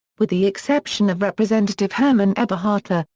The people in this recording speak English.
with the exception of rep. herman eberharter,